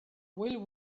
will